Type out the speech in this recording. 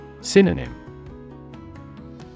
Synonym